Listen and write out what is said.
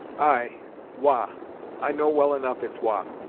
ay wah i know well enough it's wah,